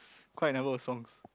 quite a number of songs